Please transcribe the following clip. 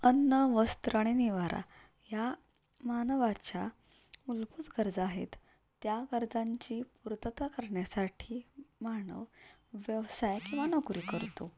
अन्न वस्त्र आणि निवारा या मानवाच्या मुलभूत गरजा आहेत त्या गरजांची पूर्तता करण्यासाठी मानव व्यवसाय किंवा नोकरी करतो